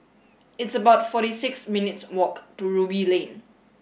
it's about forty six minutes' walk to Ruby Lane